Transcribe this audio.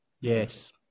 Yes